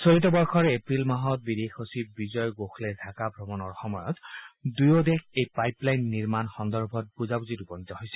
চলিত বৰ্ষৰ এপ্ৰিল মাহত বিদেশ সচিব বিজয় গোখলেৰ ঢাকা ভ্ৰমণৰ সময়ত দুয়োদেশ এই পাইপলাই নিৰ্মাণৰ সন্দৰ্ভত বুজাবুজিত উপনীত হৈছিল